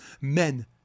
men